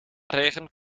regen